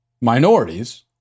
minorities